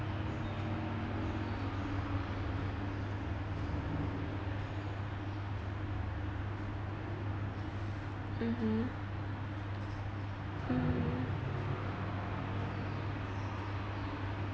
mmhmm mm